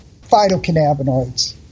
phytocannabinoids